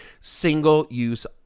single-use